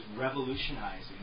revolutionizing